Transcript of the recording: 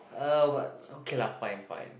uh what okay lah fine fine